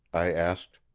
i asked.